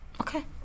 Okay